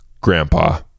Grandpa